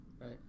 right